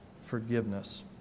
forgiveness